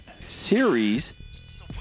series